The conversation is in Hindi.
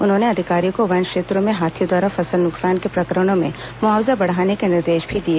उन्होंने अधिकारियों को वन क्षेत्रों में हाथियों द्वारा फसल नुकसान के प्रकरणों में मुआवजा बढ़ाने के निर्देश भी दिए